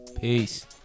Peace